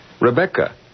Rebecca